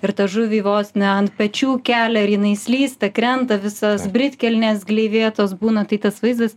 ir tą žuvį vos ne ant pečių kelia ir jinai slysta krenta visos britkelnės gleivėtos būna tai tas vaizdas